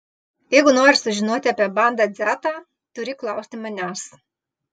jeigu nori sužinoti apie banda dzeta turi klausti manęs